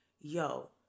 yo